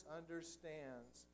understands